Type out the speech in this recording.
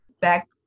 back